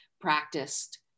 practiced